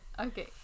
okay